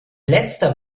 letzter